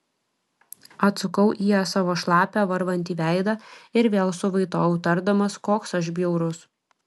atsukau į ją savo šlapią varvantį veidą ir vėl suvaitojau tardamas koks aš bjaurus